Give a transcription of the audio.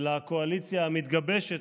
ולקואליציה המתגבשת,